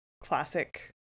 classic